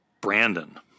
Brandon